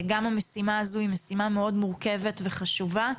גם המשימה הזו היא משימה מאוד מורכבת וחשובה,